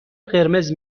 قرمز